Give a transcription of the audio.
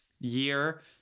year